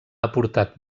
aportat